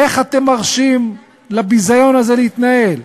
איך אתם מרשים לביזיון הזה להתנהל?